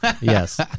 Yes